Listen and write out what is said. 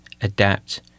adapt